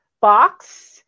box